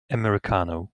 americano